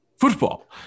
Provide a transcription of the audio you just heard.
football